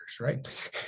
right